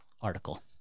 article